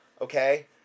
Okay